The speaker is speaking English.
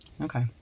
Okay